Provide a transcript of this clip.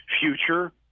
future